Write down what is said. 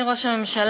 אדוני ראש הממשלה,